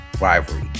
rivalry